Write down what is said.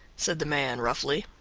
said the man roughly.